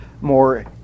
more